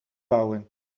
bouwen